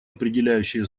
определяющее